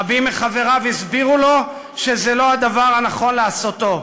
רבים מחבריו הסבירו לו שזה לא הדבר הנכון לעשותו,